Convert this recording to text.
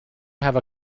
have